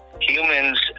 Humans